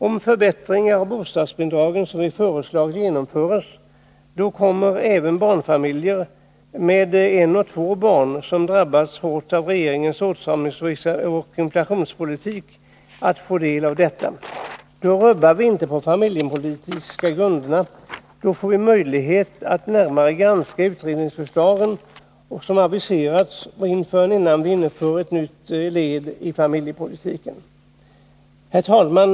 Om de förbättringar av bostadsbidragen som vi föreslagit genomförs, kommer det även barnfamiljer med ett och två barn, vilka drabbas hårt av regeringens åtstramningsoch inflationspolitik, till godo. Då rubbar vi inte på familjepolitikens grunder. Då får vi möjlighet att närmare granska de utredningsförslag som aviserats, innan vi inför något nytt led i familjepolitiken. Herr talman!